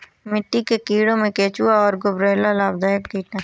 मिट्टी के कीड़ों में केंचुआ और गुबरैला लाभदायक कीट हैं